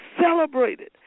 celebrated